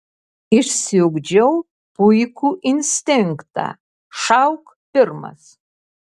išsiugdžiau puikų instinktą šauk pirmas